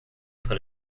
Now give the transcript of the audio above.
put